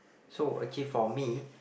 so actually for me